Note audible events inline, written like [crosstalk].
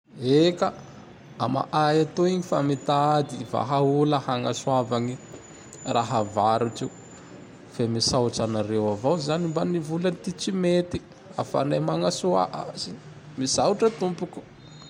[noise] Eka! [noise] Ama ay atoy [noise] fa mitady [noise] vahaola [noise] hanasoavagne [noise] raha [noise] avarotrio. [noise] Fe misaotry [noise] anareo [noise] avao z [noise] any mba nivola [noise] ty tsy mety [noise] ahafanay [noise] manasoa [noise] azy! [noise] Misoatra tompoko! [noise]